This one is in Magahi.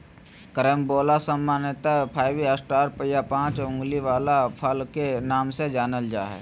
कैरम्बोला सामान्यत फाइव स्टार या पाँच उंगली वला फल के नाम से जानल जा हय